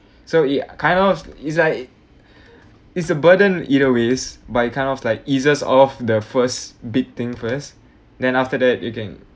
so it kind of is like is a burden either ways but you kind of like eases off the first big thing first then after that you can